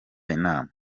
inama